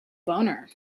boner